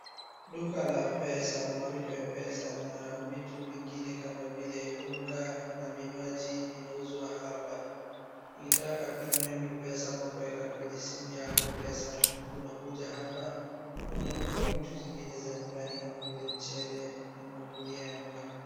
Duka la pesa almaarufu Mpesa na vitu vingine kamavile unga na vinywaji vinauzwa hapa. Ukitaka kutumia mtu pesa ama kuweka kwenye simu yako pesa una kuja hapa na unanunua vitu zingine za nyumbani kama vile mchele na mangunia ya unga.